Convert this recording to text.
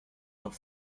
doch